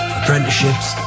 apprenticeships